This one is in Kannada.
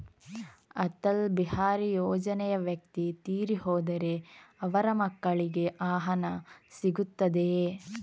ಅಟಲ್ ಬಿಹಾರಿ ಯೋಜನೆಯ ವ್ಯಕ್ತಿ ತೀರಿ ಹೋದರೆ ಅವರ ಮಕ್ಕಳಿಗೆ ಆ ಹಣ ಸಿಗುತ್ತದೆಯೇ?